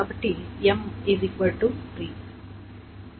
కాబట్టి M 3